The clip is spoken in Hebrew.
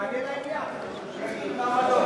שיענה לעניין, שיגיד למה לא,